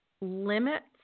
limits